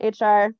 HR